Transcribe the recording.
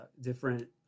different